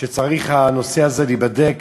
והנושא הזה צריך להיבדק